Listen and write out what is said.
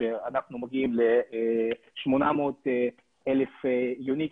שאנחנו מגיעים ל-800,000 יוניקים,